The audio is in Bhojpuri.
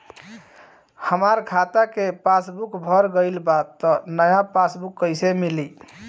हमार खाता के पासबूक भर गएल बा त नया पासबूक कइसे मिली?